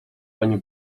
pani